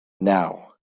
now